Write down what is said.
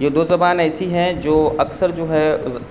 یہ دو زبان ایسی ہیں جو اکثر جو ہے